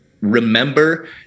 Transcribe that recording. remember